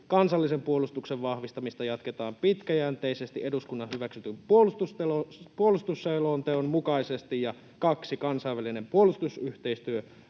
Kansallisen puolustuksen vahvistamista jatketaan pitkäjänteisesti eduskunnan hyväksymän puolustusselonteon mukaisesti. 2) Kansainvälinen puolustusyhteistyö